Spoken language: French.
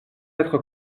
être